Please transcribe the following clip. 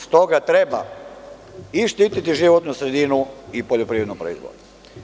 Stoga treba i štititi životnu sredinu i poljoprivrednu proizvodnju.